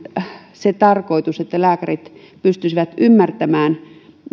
se että lääkärit pystyisivät ymmärtämään